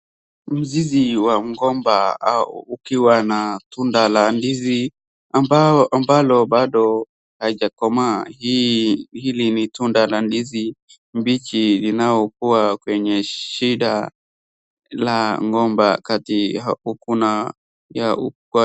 Mzizi wa mgomba au ukiwa na tunda la ndizi ambalo bado haijakomaa. Hili ni tunda la ndizi mbichi linaokuwa kwenya shida la mgomba kati ya huku na.